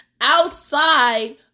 outside